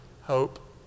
hope